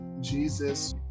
Jesus